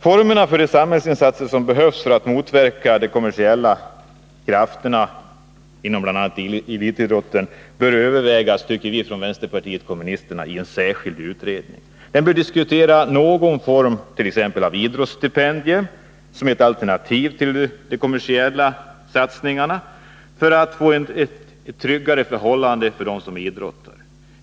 Formerna för de samhällsinsatser som behövs för att motverka de kommersiella krafterna inom bl.a. elitidrotten bör enligt vänsterpartiet kommunisternas mening övervägas i en sä skild utredning. Denna utredning bör diskutera någon form avt.ex. idrottsstipendier — som ett alternativ till de kommersiella satsningarna — för att skapa tryggare förhållanden för dem som idrottar.